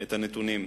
את הנתונים,